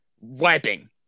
wiping